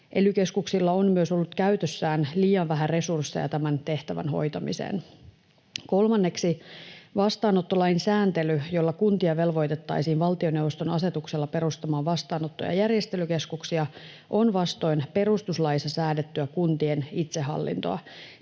Ely-keskuksilla on myös ollut käytössään liian vähän resursseja tämän tehtävän hoitamiseen. Kolmanneksi: Vastaanottolain sääntely, jolla kuntia velvoitettaisiin valtioneuvoston asetuksella perustamaan vastaanotto‑ ja järjestelykeskuksia, on vastoin perustuslaissa säädettyä kuntien itsehallintoa.